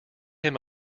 him